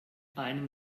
einem